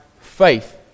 faith